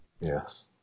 Yes